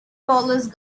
police